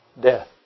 Death